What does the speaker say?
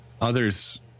others